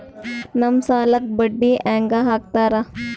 ನಮ್ ಸಾಲಕ್ ಬಡ್ಡಿ ಹ್ಯಾಂಗ ಹಾಕ್ತಾರ?